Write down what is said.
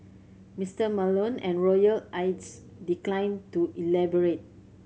Mister Malone and royal aides declined to elaborate